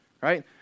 Right